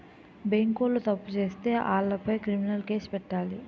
బేంకోలు తప్పు సేత్తే ఆలపై క్రిమినలు కేసులు పెట్టాలి